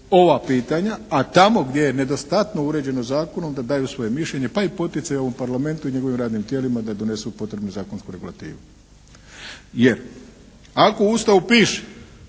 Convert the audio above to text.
ova pitanja, a tamo gdje je nedostatno uređeno zakonom da daju svoje mišljenje pa i poticaj ovom Parlamentu i njegovim radnim tijelima da donesu potrebnu zakonsku regulativu. Jer ako u Ustavu piše